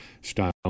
style